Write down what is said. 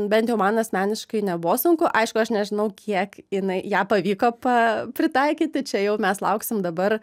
bent jau man asmeniškai nebuvo sunku aišku aš nežinau kiek jinai ją pavyko pa pritaikyti čia jau mes lauksim dabar